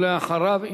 ואחריו,